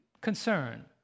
concern